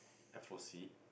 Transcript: I foresee